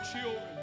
children